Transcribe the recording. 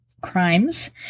Crimes